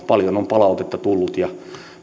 paljon on palautetta tullut ja